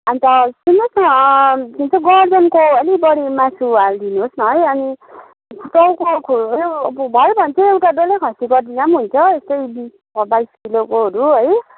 अन्त सुन्नुहोस् न के भन्छ गर्धनको अलि बढी मासु हालिदिनुहोस् न है अनि टाउकोको अब भयो भन चाहिँ एउटा डल्लै खसी गरिदिँदा पनि हुन्छ यस्तै बिस बाइस किलोकोहरू है